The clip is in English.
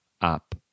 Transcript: up